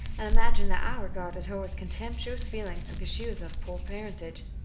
and imagined that i regarded her with contemptuous feelings because she was of poor parentage.